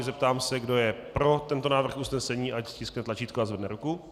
Zeptám se, kdo je pro tento návrh usnesení, ať stiskne tlačítko a zvedne ruku.